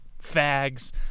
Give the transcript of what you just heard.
Fags